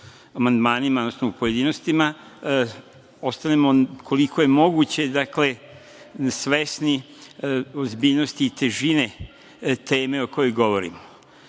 amandmanima, odnosno u pojedinostima, ostanemo koliko je moguće svesni ozbiljnosti i težine teme o kojoj govorimo. Nisam